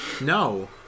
no